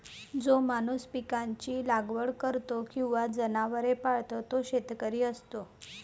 जो माणूस पिकांची लागवड करतो किंवा जनावरे पाळतो तो शेतकरी असतो